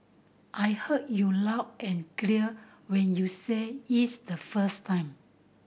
I heard you loud and clear when you said its the first time